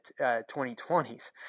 2020s